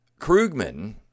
Krugman